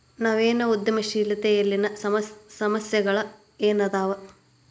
ನವೇನ ಉದ್ಯಮಶೇಲತೆಯಲ್ಲಿನ ಸಮಸ್ಯೆಗಳ ಏನದಾವ